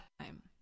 time